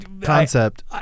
concept